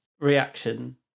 reaction